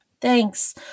Thanks